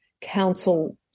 council